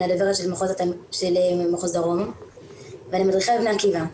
אני הדוברת של מחוז דרום ואני מדריכה בבני עקיבא.